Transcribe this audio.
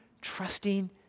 trusting